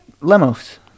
Lemos